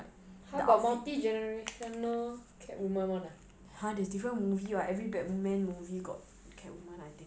!huh! got multi generational catwoman [one] ah